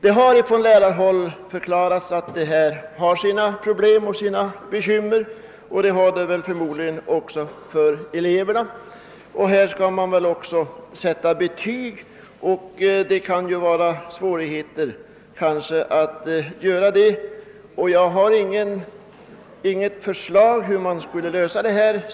Man har från lärarhåll förklarat att detta medför en del problem och bekymmer, och det gör det förmodligen även för eleverna. Det skall antagligen även ges betyg i engelska åt dessa elever, något som också kan medföra vissa svårigheter. Jag har inget förslag om hur man skall lösa denna fråga.